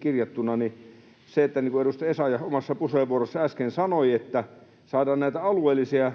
kirjattuina ja niin kuin edustaja Essayah omassa puheenvuorossaan äsken sanoi, että saadaan näitä alueellisia